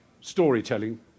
storytelling